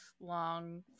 long